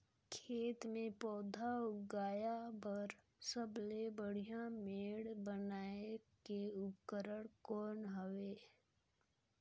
खेत मे पौधा उगाया बर सबले बढ़िया मेड़ बनाय के उपकरण कौन हवे?